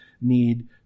need